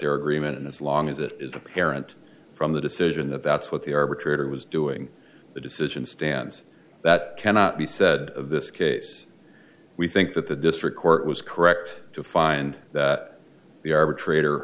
their agreement and as long as it is apparent from the decision that that's what the arbitrator was doing the decision stands that cannot be said of this case we think that the district court was correct to find that the arbitrator